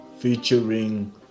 featuring